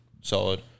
solid